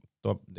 top